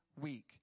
week